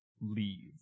Leave